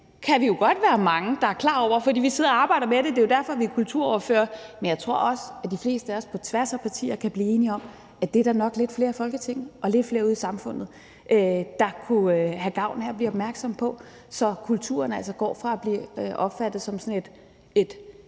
det kan vi jo godt være mange der er klar over, fordi vi sidder og arbejder med det. Det er jo derfor, vi er kulturordførere. Men jeg tror også, at de fleste af os på tværs af partierne kan blive enige om, at det er der nok lidt flere i Folketinget og lidt flere ude i samfundet der kunne have gavn af at vi er opmærksomme på, så kulturen altså går fra at blive opfattet som sådan et